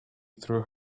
through